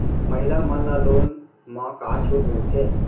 महिला मन ला लोन मा का छूट मिलथे?